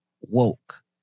woke